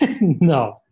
no